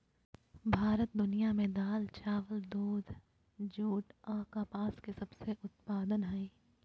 भारत दुनिया में दाल, चावल, दूध, जूट आ कपास के सबसे उत्पादन हइ